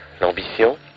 L'ambition